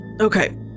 Okay